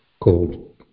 called